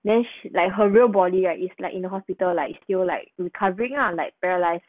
then she like her real body right it's like in the hospital like still like recovering lah like paralyze